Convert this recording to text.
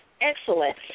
Excellent